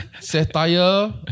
satire